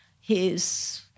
his-